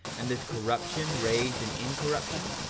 and this corruption raised in incorruption,